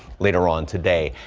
later on today.